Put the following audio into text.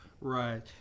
Right